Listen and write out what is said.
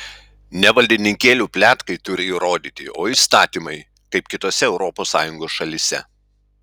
ne valdininkėlių pletkai turi įrodyti o įstatymai kaip kitose europos sąjungos šalyse